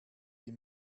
die